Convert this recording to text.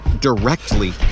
directly